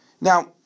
Now